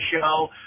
show